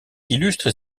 illustre